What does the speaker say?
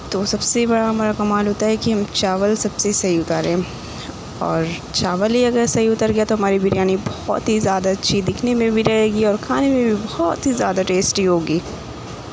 تو سب سے بڑا ہمارا کمال ہوتا ہے کہ ہم چاول سب سے صحیح اُتاریں اور چاول ہی اگر صحیح اُتر گیا تو ہماری بریانی بہت ہی زیادہ اچھی دکھنے میں بھی رہے گی اور کھانے میں بھی بہت ہی زیادہ ٹیسٹی ہوگی